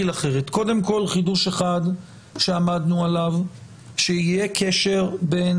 חידוש אחד שעמדנו עליו שיהיה קשר בין